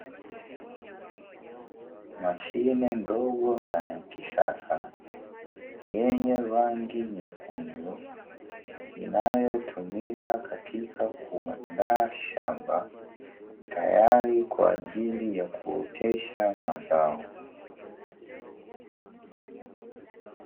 Mashine ndogo na ya kisasa yenye rangi nyekundu. Inayotumika katika kuandaa shamba tayari kwa ajili ya kuotesha mazao.